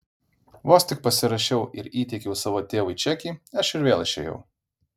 vos tik pasirašiau ir įteikiau savo tėvui čekį aš ir vėl išėjau